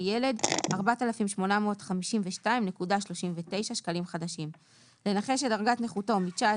ילד- 4,852.39 שקלים לנכה שדרגת נכותו מ-19 אחוזים